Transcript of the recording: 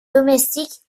domestique